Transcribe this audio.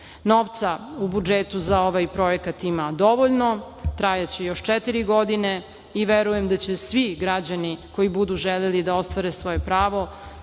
u budžetu za ovaj projekat ima dovoljno, trajaće još četiri godine i verujem da će svi građani koji budu želeli da ostvare svoje pravo